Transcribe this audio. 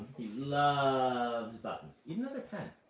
loves buttons. eat another pen.